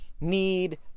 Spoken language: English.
need